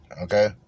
Okay